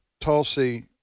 Tulsi